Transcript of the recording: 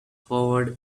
forward